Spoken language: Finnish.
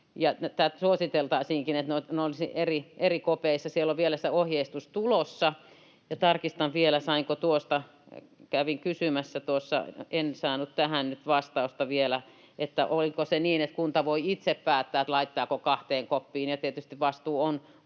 suositeltaisiinkin — että ne olisivat eri kopeissa. Se ohjeistus on vielä tulossa. Tarkistan vielä, sainko tuosta... Kävin kysymässä tuossa, mutta en saanut nyt vastausta vielä tähän, oliko se niin, että kunta voi itse päättää, laittaako kahteen koppiin. Tietysti vastuu on